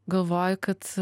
galvoju kad